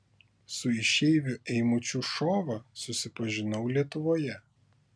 su išeiviu eimučiu šova susipažinau lietuvoje